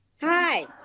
Hi